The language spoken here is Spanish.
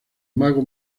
mago